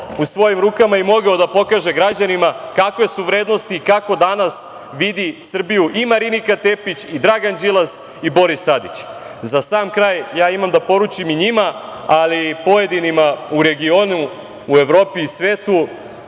u svojim rukama i mogao da pokaže građanima kakve su vrednosti, kako danas vidi Srbiju i Marinika Tepić i Dragan Đilas i Boris Tadić.Za sam kraj, imam da poručim i njima, ali i pojedinima u regionu, u Evropi, svetu,